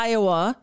Iowa